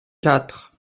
quatre